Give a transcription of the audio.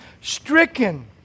stricken